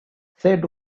said